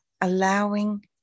allowing